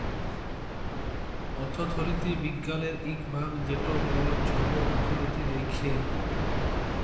অথ্থলিতি বিজ্ঞালের ইক ভাগ যেট বড় ছব অথ্থলিতি দ্যাখে